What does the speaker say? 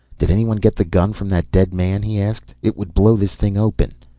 did anyone get the gun from that dead man? he asked. it would blow this thing open.